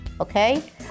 okay